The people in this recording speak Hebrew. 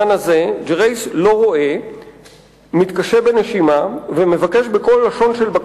בארץ יותר קשה להזיז עץ מאשר בדואים.